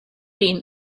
been